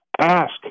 Ask